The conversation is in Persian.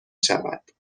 شود